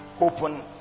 open